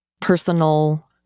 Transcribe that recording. personal